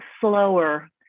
slower